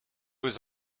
was